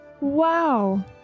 Wow